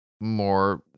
more